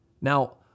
Now